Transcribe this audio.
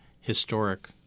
historic